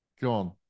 John